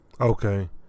Okay